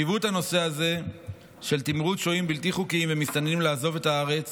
הנושא הזה של תמרוץ שוהים בלתי חוקיים ומסתננים לעזוב את הארץ